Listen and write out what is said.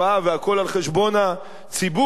והכול על חשבון הציבור,